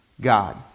God